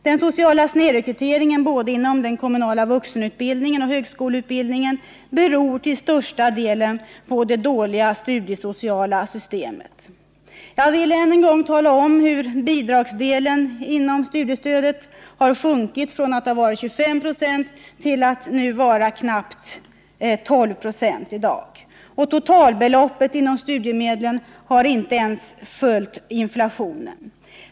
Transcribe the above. Den sociala snedrekryteringen både inom den kommunala vuxenutbildningen och inom högskoleutbildningen beror till största delen på det dåliga studiesociala systemet. Jag vill än en gång tala om hur bidragsdelen inom studiestödet har sjunkit från att ha varit 25 96 till att vara knappt 12 26 i dag. Totalbeloppet för studiemedlen har inte ens följt inflationen.